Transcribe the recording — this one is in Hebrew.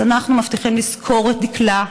אז אנחנו מבטיחים לזכור את דקלה,